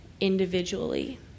individually